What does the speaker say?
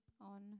on